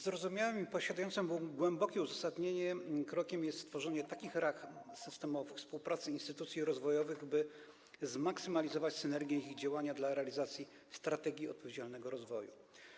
Zrozumiałym i mającym głębokie uzasadnienie krokiem jest stworzenie takich rozwiązań systemowych współpracy instytucji rozwojowych, by zmaksymalizować synergię ich działania dla realizacji strategii odpowiedzialnego rozwoju.